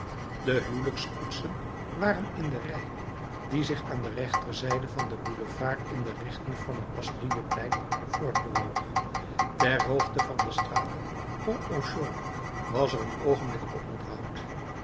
de huwelijkskoetsen waren in de rij die zich aan de rechterzijde van den boulevard in de richting van het bastilleplein voortbewoog ter hoogte van de straat pont aux choux was er een oogenblik oponthoud